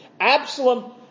Absalom